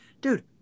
dude